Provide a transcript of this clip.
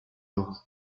rhin